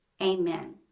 amen